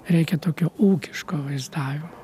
reikia tokio ūkiško vaizdavimo